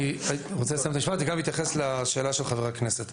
אני רוצה לסיים את המשפט וגם להתייחס לשאלה של חבר הכנסת.